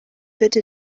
bitte